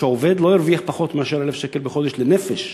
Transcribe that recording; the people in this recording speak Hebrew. שעובד לא ירוויח פחות מ-1,000 שקל בחודש לנפש.